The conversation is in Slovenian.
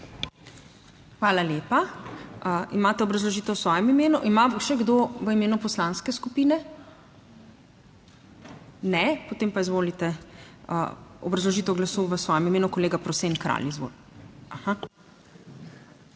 Hvala lepa. Imate obrazložitev v svojem imenu? Ima še kdo v imenu poslanske skupine? (Ne.) Ne, potem pa izvolite. Obrazložitev glasu v svojem imenu, kolega Prosen Kralj.